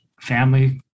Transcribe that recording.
family